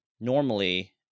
normally